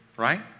Right